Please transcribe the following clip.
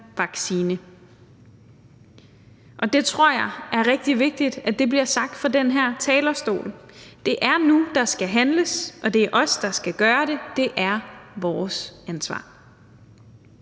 Det tror jeg er rigtig vigtigt bliver sagt fra den her talerstol. Det er nu, der skal handles, og det er os, der skal gøre det. Det er vores ansvar.